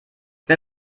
bin